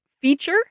feature